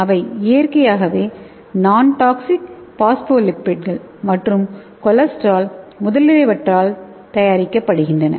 அவை இயற்கையாகவே நொன்டாக்ஸிக் பாஸ்போலிப்பிட்கள் மற்றும் கொலஸ்ட்ரால் முதலியவற்றால் தயாரிக்கப்படுகின்றன